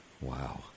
Wow